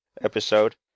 episode